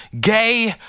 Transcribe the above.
gay